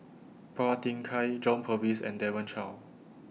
Phua Thin Kiay John Purvis and Demon